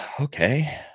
Okay